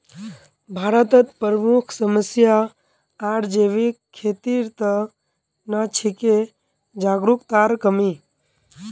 भारतत प्रमुख समस्या आर जैविक खेतीर त न छिके जागरूकतार कमी